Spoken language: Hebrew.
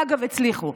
ואגב, הצליחו.